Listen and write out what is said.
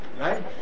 right